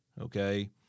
okay